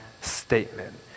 statement